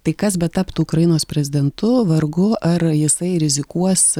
tai kas betaptų ukrainos prezidentu vargu ar jisai rizikuos